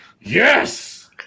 yes